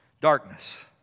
darkness